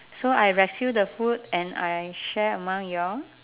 so I rescue the food and I share among you all